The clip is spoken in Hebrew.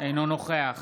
אינו נוכח